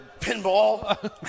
Pinball